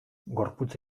gorputz